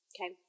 Okay